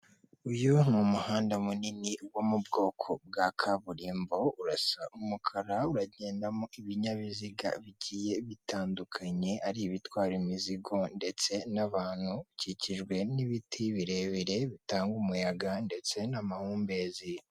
Uyu ni umuhanda munini wo mu bwoko bwa kaburimbo. Urasa umukara uragendamo ibinyabiziga bigiye bitandukanye, ari ibitwara imizigo ndetse n'abantu. Ukikijwe n'ibiti birebire bitanga umuyaga ndetse n'amahumbezi.